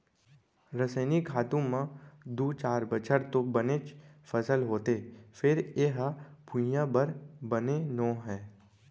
रसइनिक खातू म दू चार बछर तो बनेच फसल होथे फेर ए ह भुइयाँ बर बने नो हय